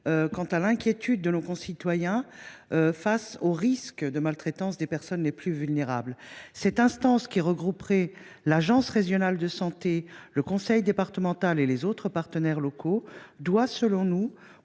aux inquiétudes de nos concitoyens face au risque de maltraitance des personnes les plus vulnérables. Cette instance, qui regrouperait l’agence régionale de santé, le conseil départemental et les autres partenaires locaux, doit, selon nous,